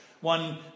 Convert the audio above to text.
one